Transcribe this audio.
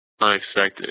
unexpected